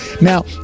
Now